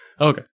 Okay